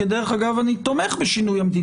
דרך אגב, אני תומך במדיניות.